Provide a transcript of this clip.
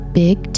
big